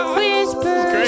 Whisper